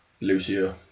Lucio